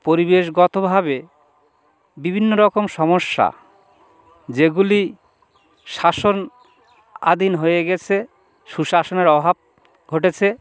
পরিবেশগতভাবে বিভিন্ন রকম সমস্যা যেগুলি শাসন অধীন হয়ে গিয়েছে সুশাসনের অভাব ঘটেছে